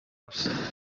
gusa